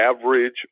average